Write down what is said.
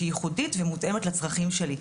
שהיא ייחודית ומותאמת לצרכים שלי.